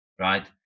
right